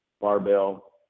barbell